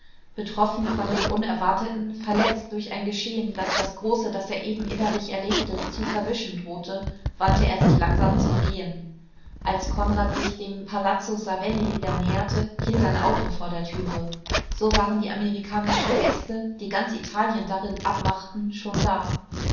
betroffen von dem unerwarteten verletzt durch ein geschehen das das große das er eben innerlich erlebte zu verwischen drohte wandte er sich langsam zum gehen als konrad sich dem palazzo savelli wieder näherte hielt ein auto vor der türe so waren die amerikanischen gäste die ganz italien darin abmachten schon da